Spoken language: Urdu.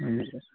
جی سر